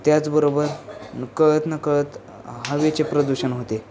त्याचबरोबर कळत न कळत हवेचे प्रदूषण होते